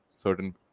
certain